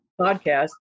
podcast